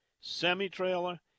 semi-trailer